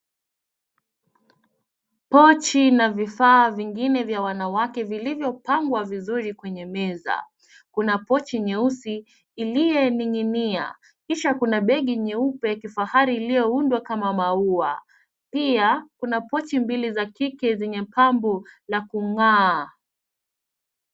Pochi na vifaa vingine vya wanawake vilivyo pangwa vizuri kwenye meza, kuna pochi nyeusi iliye ninginia kisha kuna begi nyeupe kifahari iliyo undwa kama maua pia kuna pochi mbili za kike zenye pambo la kung'aa.